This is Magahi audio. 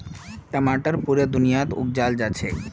टमाटर पुरा दुनियात उपजाल जाछेक